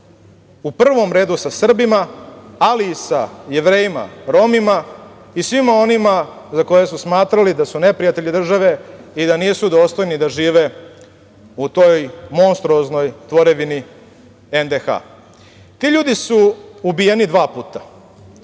u prvom redu sa Srbima, ali i sa Jevrejima, Romima i svima onima za koje su smatrali da su neprijatelji države i da nisu dostojni da žive u toj monstruoznoj tvorevini NDH.Ti ljudi su ubijeni dva puta.